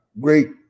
great